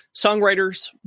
songwriters